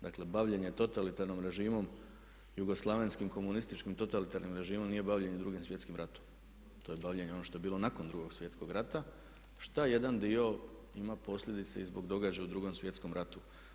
Dakle, bavljenje totalitarnim režimom, jugoslavenskim, komunističkim totalitarnim režimom nije bavljenje Drugim svjetskim ratom, to je bavljenje onim što je bilo nakon Drugog svjetskog rata šta jedan dio ima posljedice i zbog događaja u Drugom svjetskom ratu.